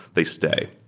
they stay.